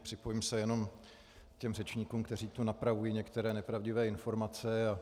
Přikloním se jenom k řečníkům, kteří tu napravují některé nepravdivé informace.